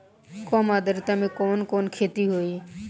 कम आद्रता में कवन कवन खेती होई?